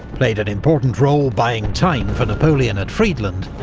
played an important role buying time for napoleon at friedland,